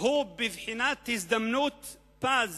הוא בבחינת הזדמנות פז